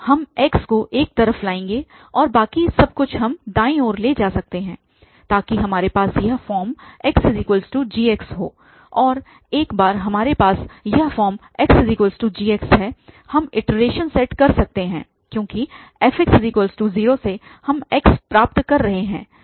हम x को एक तरफ लाएंगे और बाकी सब कुछ हम दाईं ओर ले जा सकते हैं ताकि हमारे पास यह फॉर्म xg हो और एक बार हमारे पास यह रूप xg है हम इटरेशन सेट कर सकते है क्योंकि fx0 से हम x प्राप्त कर रहे है वह रूट है